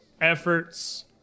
efforts